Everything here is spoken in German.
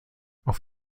auf